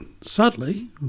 sadly